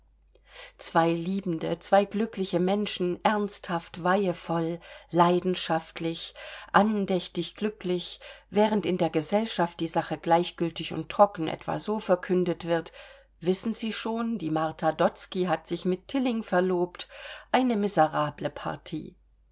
zwei liebende zwei glückliche menschen ernsthaft weihevoll leidenschaftlich andächtig glücklich während in der gesellschaft die sache gleichgültig und trocken etwa so verkündet wird wissen sie schon die martha dotzky hat sich mit tilling verlobt eine miserable partie